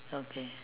okay